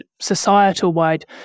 societal-wide